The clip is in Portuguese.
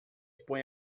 põe